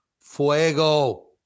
Fuego